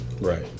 Right